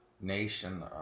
nation